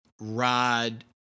Rod